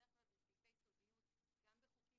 בדרך כלל בסעיפי סודיות גם בחוקים